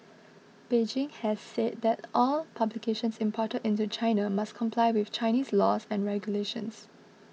Beijing has said that all publications imported into China must comply with Chinese laws and regulations